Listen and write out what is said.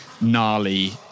gnarly